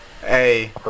Hey